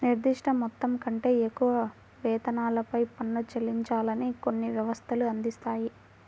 నిర్దిష్ట మొత్తం కంటే ఎక్కువ వేతనాలపై పన్ను చెల్లించాలని కొన్ని వ్యవస్థలు అందిస్తాయి